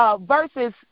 versus